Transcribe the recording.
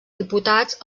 diputats